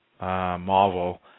marvel